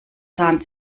zahn